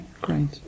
great